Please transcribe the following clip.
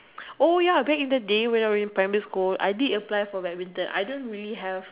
oh ya back in the day when I were in badminton I did apply for badminton I don't really have